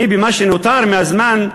אני, במה שנותר מהזמן,